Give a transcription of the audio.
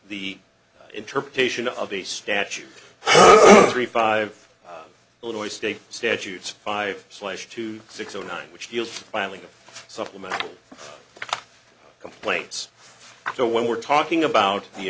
the interpretation of the statute three five illinois state statutes five slash two six zero nine which deals filing a supplementary complaints to one we're talking about the